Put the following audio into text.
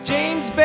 James